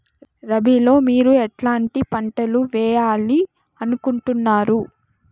రబిలో మీరు ఎట్లాంటి పంటలు వేయాలి అనుకుంటున్నారు?